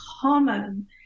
common